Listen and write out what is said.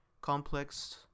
complex